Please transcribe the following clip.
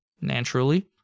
naturally